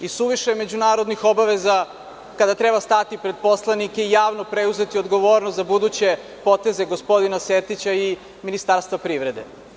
I suviše međunarodnih obaveza kada treba stati pred poslanike i javno preuzeti odgovornost za buduće poteze gospodina Sertića i Ministarstva privrede.